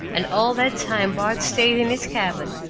and all that time bart stayed in his cabin,